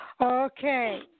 Okay